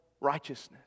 righteousness